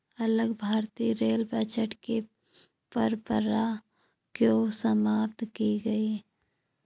अलग भारतीय rail budget की परंपरा क्यों समाप्त की गई?